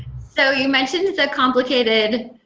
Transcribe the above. so you mentioned the complicated